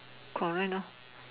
correct now